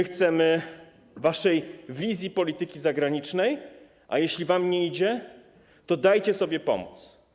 Chcemy waszej wizji polityki zagranicznej, a jeśli wam nie idzie, to dajcie sobie pomóc.